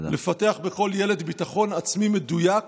לפתח בכל ילד ביטחון עצמי מדויק